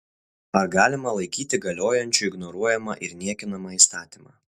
ar galima laikyti galiojančiu ignoruojamą ir niekinamą įstatymą